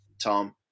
Tom